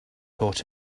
taught